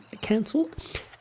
cancelled